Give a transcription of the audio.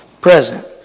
present